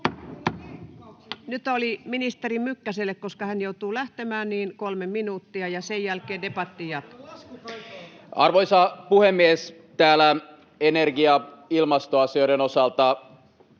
Nyt oli ministeri Mykkäselle, koska hän joutuu lähtemään, kolme minuuttia, ja sen jälkeen debatti jatkuu. Arvoisa puhemies! Täällä energia‑ ja ilmastoasioiden osalta